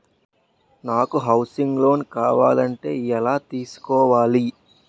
నాకు housing loan కావాలంటే ఎలా తీసుకోవాలి?